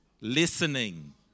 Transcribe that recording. Listening